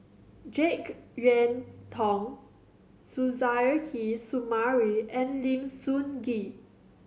Jek Yeun Thong Suzairhe Sumari and Lim Sun Gee